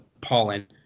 pollen